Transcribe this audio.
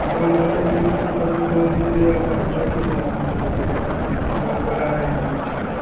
इमामबाड़ा घूमोगे तो लगभग मान के चलिए आधा घंटा से पौन घंटा लग जायेगा उसमें उसमें वो बड़ा है इमामबाड़ा